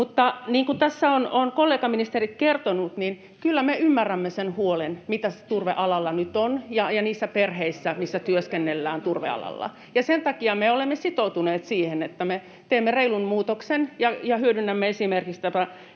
Mutta niin kuin tässä ovat kollegaministerit kertoneet, kyllä me ymmärrämme sen huolen, mitä turvealalla nyt on, ja niissä perheissä, missä työskennellään turvealalla. [Perussuomalaisten ryhmästä: Olisiko pitänyt ennakoida?] Ja sen takia me olemme sitoutuneet siihen, että me teemme reilun muutoksen ja hyödynnämme esimerkiksi tätä